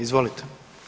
Izvolite.